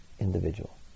individual